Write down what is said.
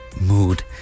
mood